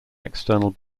external